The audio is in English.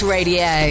Radio